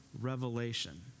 revelation